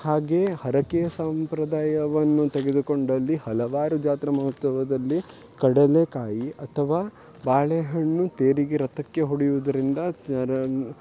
ಹಾಗೆ ಹರಕೆಯ ಸಂಪ್ರದಾಯವನ್ನು ತೆಗೆದುಕೊಂಡಲ್ಲಿ ಹಲವಾರು ಜಾತ್ರಾ ಮಹೋತ್ಸವದಲ್ಲಿ ಕಡಲೆಕಾಯಿ ಅಥವಾ ಬಾಳೆಹಣ್ಣು ತೇರಿಗೆ ರಥಕ್ಕೆ ಹೊಡೆಯುವುದರಿಂದ ತೇರನ್ನು